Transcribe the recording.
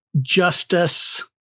Justice